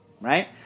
right